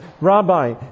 Rabbi